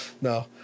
No